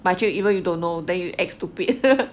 but actually even you don't know then you act stupid